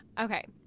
Okay